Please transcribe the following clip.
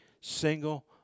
single